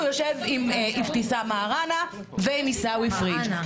הוא יושב עם אבתיסאן מראענה ועם עיסאווי פריג'.